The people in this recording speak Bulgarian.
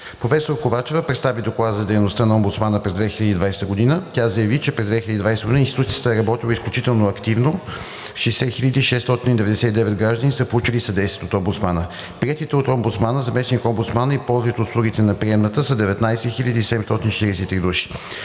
Професор Ковачева представи Доклада за дейността на омбудсмана през 2020 г. Тя заяви, че и през 2020 г. институцията e работила изключително активно – 60 699 граждани са получили съдействие от омбудсмана. Приетите от омбудсмана, заместник-омбудсмана и ползвалите услугите на приемната са 19 743 души.